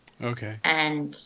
Okay